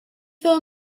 fill